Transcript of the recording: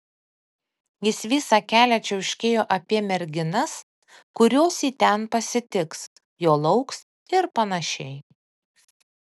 jis visą kelią čiauškėjo apie merginas kurios jį ten pasitiks jo lauks ir panašiai